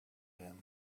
him